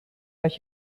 uit